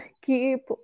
keep